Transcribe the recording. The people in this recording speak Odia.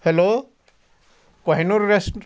hello Kohinoor rest